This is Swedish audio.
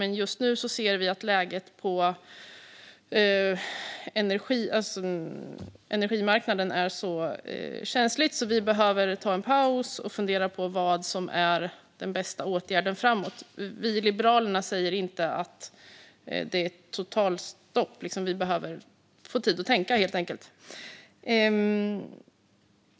Men just nu ser vi att läget på energimarknaden är så känsligt att vi behöver ta en paus och fundera på vad som är den bästa åtgärden framåt. Vi i Liberalerna säger inte att det är totalstopp, men vi behöver helt enkelt få tid att tänka.